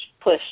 push